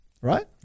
Right